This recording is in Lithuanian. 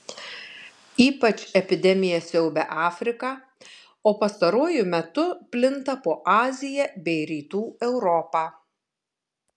ypač epidemija siaubia afriką o pastaruoju metu plinta po aziją bei rytų europą